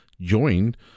joined